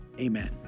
Amen